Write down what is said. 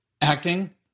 acting